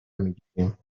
میگیریم